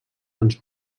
ens